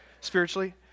Spiritually